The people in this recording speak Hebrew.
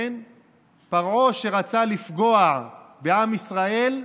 פרעה, שרצה לפגוע בעם ישראל,